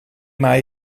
mei